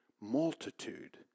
multitude